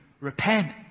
Repent